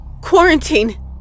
Quarantine